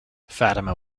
fatima